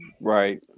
Right